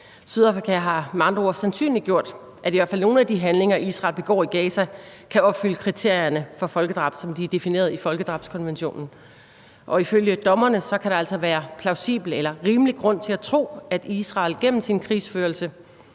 Sydafrika har med andre ord sandsynliggjort, at i hvert fald nogle af de handlinger, Israel begår i Gaza, kan opfylde kriterierne for folkedrab, som det er defineret i folkedrabskonventionen. Og ifølge dommerne kan der altså være plausibel eller rimelig grund til at tro, at Israel gennem sin krigsførelse